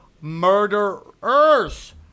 murderers